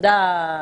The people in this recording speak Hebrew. תודה אפי,